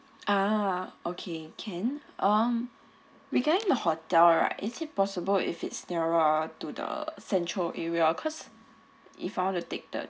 ah okay can um regarding the hotel right is it possible if it's nearer to the central area cause if I want to take the